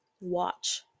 watch